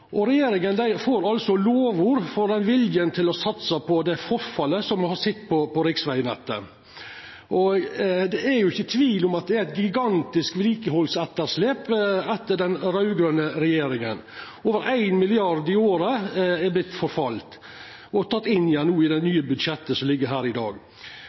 Regjeringa får lovord for viljen til å satsa på å ta tak i det forfallet som me har sett på riksvegnettet. Det er ikkje tvil om at det er eit gigantisk vedlikehaldsetterslep etter den raud-grøne regjeringa. Forfallet har vore på over 1 mrd. kr i året, men dette vert no teke inn igjen i det nye budsjettet som ligg her no i dag.